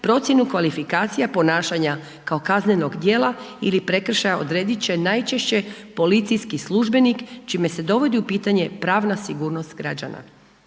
procjenu kvalifikacija ponašanja kao kaznenog dijela ili prekršaja odredit će najčešće policijski službenik čime se dovodi u pitanje pravna sigurnost građana.